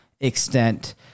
extent